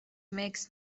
makes